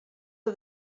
are